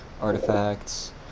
artifacts